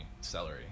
celery